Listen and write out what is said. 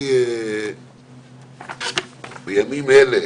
בימים אלה,